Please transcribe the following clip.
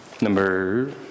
Number